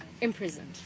imprisoned